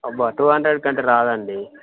two hundred కంటే రాదండి